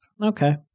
Okay